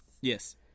Yes